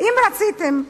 למה, יש זמן.